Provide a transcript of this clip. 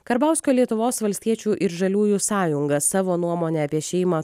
karbauskio lietuvos valstiečių ir žaliųjų sąjunga savo nuomonę apie šeimą